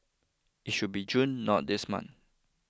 it should be June not this month